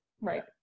Right